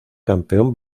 campeón